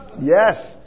Yes